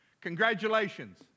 congratulations